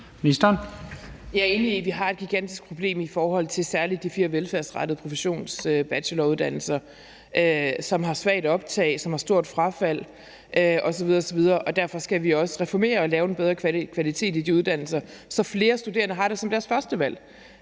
i, at vi har et gigantisk problem i forhold til særlig de fire velfærdsrettede professionsbacheloruddannelser, som har svagt optag, som har stort frafald osv. osv. Derfor skal vi også reformere og lave en bedre kvalitet i de uddannelser, så flere studerende har det som deres førstevalg.